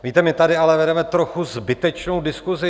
Víte, my tady ale vedeme trochu zbytečnou diskusi.